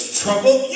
trouble